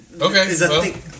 Okay